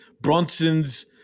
Bronsons